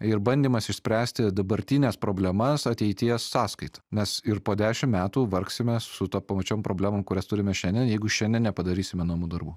ir bandymas išspręsti dabartines problemas ateities sąskaita nes ir po dešim metų vargsime su to pačiom problemom kurias turime šiandien jeigu šiandien nepadarysime namų darbų